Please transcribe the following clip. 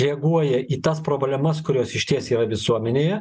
reaguoja į tas problemas kurios išties yra visuomenėje